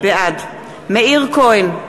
בעד מאיר כהן,